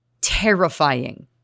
terrifying